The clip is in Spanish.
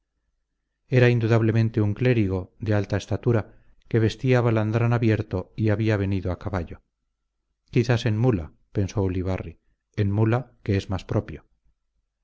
era indudablemente un clérigo de alta estatura que vestía balandrán abierto y había venido a caballo quizás en mula pensó ulibarri en mula que es más propio